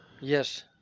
Yes